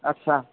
आदसा